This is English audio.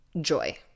joy